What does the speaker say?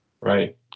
Right